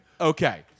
Okay